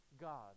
God